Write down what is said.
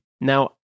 Now